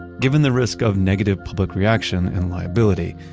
given the risk of negative public reaction and liability,